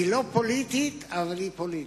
היא לא פוליטית, אבל היא פוליטית.